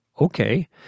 Okay